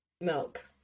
milk